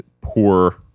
poor